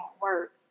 work